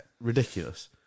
Ridiculous